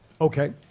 okay